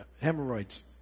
hemorrhoids